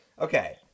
Okay